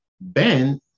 Ben